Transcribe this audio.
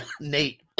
Nate